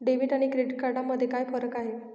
Debit आणि credit card मध्ये काय फरक आहे?